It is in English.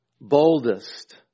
boldest